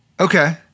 Okay